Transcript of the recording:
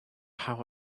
how